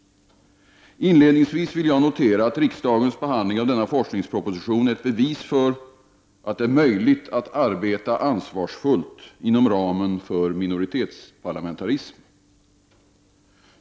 Inledningsvis vill jag notera att riksdagens behandling av denna forskningsproposition är ett bevis på att det är möjligt att arbeta ansvarsfullt också inom ramen för minoritetsparlamentarism.